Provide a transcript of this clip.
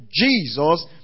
Jesus